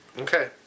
okay